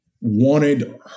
wanted